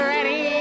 Ready